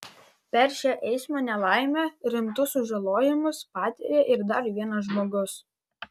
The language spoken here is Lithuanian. per šią eismo nelaimę rimtus sužalojimus patyrė ir dar vienas žmogus